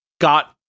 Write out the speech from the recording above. got